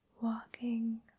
walking